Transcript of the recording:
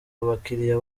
abakiriya